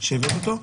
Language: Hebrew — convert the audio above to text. שהבאת אותו.